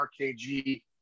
RKG